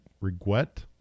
regret